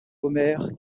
omer